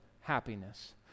happiness